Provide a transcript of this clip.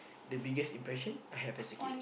the biggest impression I have as a kid